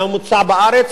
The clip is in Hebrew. מהממוצע בארץ,